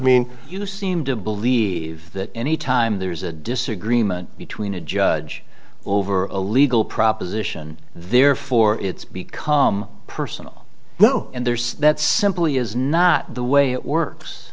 mean you seem to believe that any time there's a disagreement between a judge over a legal proposition therefore it's become personal no and there's that simply is not the way it works